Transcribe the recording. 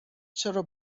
چرا